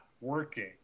working